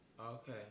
Okay